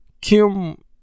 Kim